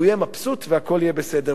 והוא יהיה מבסוט והכול יהיה בסדר.